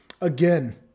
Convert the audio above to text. again